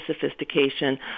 sophistication